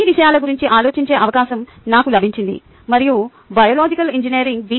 ఈ విషయాల గురించి ఆలోచించే అవకాశం నాకు లభించింది మరియు బయోలాజికల్ ఇంజనీరింగ్ బి